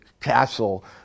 castle